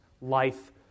life